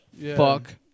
fuck